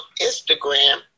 Instagram